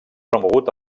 remogut